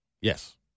Yes